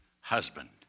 husband